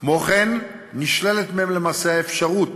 כמו כן, נשללת מהם למעשה האפשרות